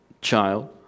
child